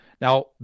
Now